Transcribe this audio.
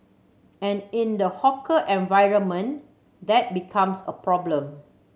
and in the hawker environment that becomes a problem